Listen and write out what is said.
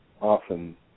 often